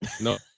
No